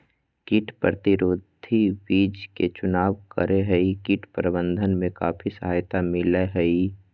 कीट प्रतिरोधी बीज के चुनाव करो हइ, कीट प्रबंधन में काफी सहायता मिलैय हइ